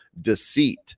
deceit